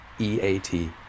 E-A-T